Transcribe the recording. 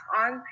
on